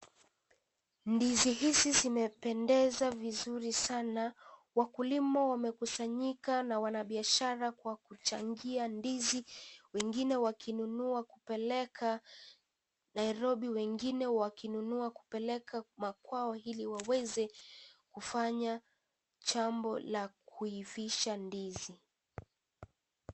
Ndizi hizi zimependeza vizuri sana, wakulima wamekusanyika na wanabiashara kwa kuchangia ndizi wengine wakinunua kupeleka Nairobi wengine wakinunua kupelekanmakwao ili waweze kufanya jambo la kuivisha ndizi .